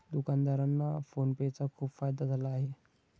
दुकानदारांना PhonePe चा खूप फायदा झाला आहे